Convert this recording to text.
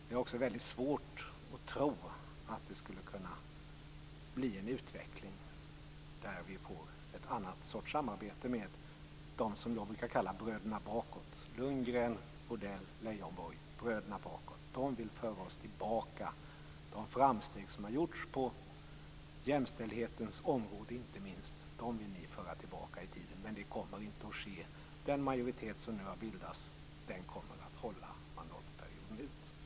Det är också väldigt svårt att tro att utvecklingen skulle kunna leda till att vi får ett annat sorts samarbete, med dem som jag brukar kalla bröderna Bakåt: Lundgren, Odell, Leijonborg. De vill föra oss tillbaka. De framsteg som har gjorts, inte minst på jämställdhetens område, vill ni föra tillbaka i tiden. Men det kommer inte att ske. Den majoritet som nu har bildats kommer att hålla mandatperioden ut.